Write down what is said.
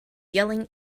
yelling